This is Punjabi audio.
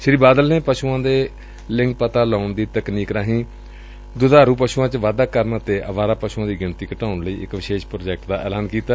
ਸ੍ੀ ਬਾਦਲ ਨੇ ਪਸੁਆਂ ਦੇ ਲਿੰਗ ਪਤਾ ਲਾਉਣ ਦੀ ਤਕਨੀਕ ਰਾਹੀਂ ਦੁਧਾਰੁ ਪਸੁਆਂ ਚ ਵਾਧਾ ਕਰਨ ਅਤੇ ਅਵਾਰਾ ਪਸੂਆ ਦੀ ਗਿਣਤੀ ਘਟਾਉਣ ਲਈ ਇਕ ਵਿਸੇਸ਼ ਪ੍ਾਜੈਕਟ ਐਲਾਨ ਕੀਤਾ